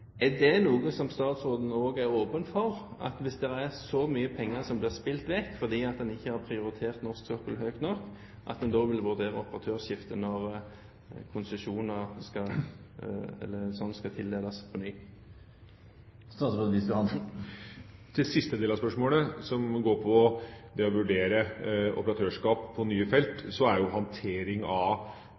Er statsråden åpen for, hvis det er så mye penger som blir spilt vekk fordi man ikke har prioritert norsk sokkel høyt nok, å vurdere operatørskifte når konsesjoner skal tildeles på nytt? Til siste del av spørsmålet, som går på det å vurdere operatørskap på nye felt, er jo håndteringen av